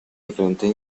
diferentes